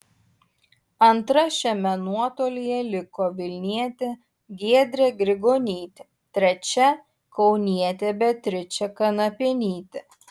antra šiame nuotolyje liko vilnietė giedrė grigonytė trečia kaunietė beatričė kanapienytė